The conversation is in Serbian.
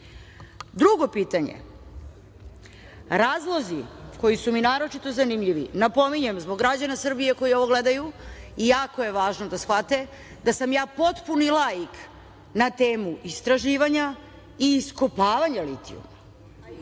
pitanje, razlozi koji su mi naročito zanimljivi, napominjem zbog građana Srbije koji ovo gledaju i jako je važno da shvate da sam ja potpuni laik na temu istraživanja i iskopavanja litijuma